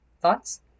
Thoughts